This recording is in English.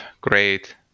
great